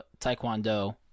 Taekwondo